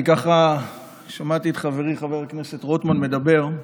אני שמעתי את חברי חבר הכנסת רוטמן מדבר,